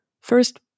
First